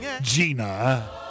Gina